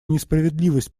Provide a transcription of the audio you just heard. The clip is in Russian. несправедливость